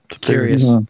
curious